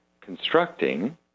constructing